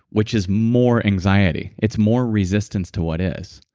which is more anxiety. it's more resistance to what is.